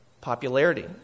popularity